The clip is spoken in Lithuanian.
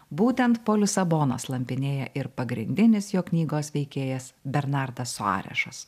būtent po lisaboną slampinėja ir pagrindinis jo knygos veikėjas bernardas suarešas